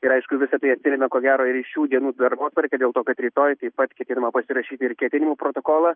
ir aišku visa tai atsiremia ko geroir į šių dienų darbotvarkę dėl to kad rytoj taip pat ketinama pasirašyti ir ketinimų protokolą